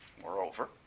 moreover